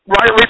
Right